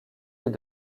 est